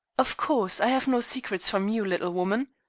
of course. i have no secrets from you, little woman.